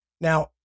Now